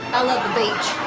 i love the beach.